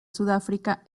sudáfrica